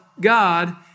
God